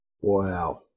Wow